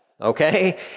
Okay